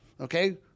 Okay